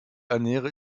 ernähre